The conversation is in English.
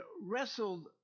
wrestled